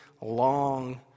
long